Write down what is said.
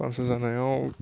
फामसार जानायाव